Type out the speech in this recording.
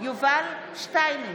יובל שטייניץ,